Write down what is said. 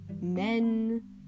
men